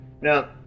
Now